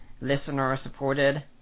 listener-supported